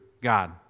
God